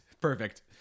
Perfect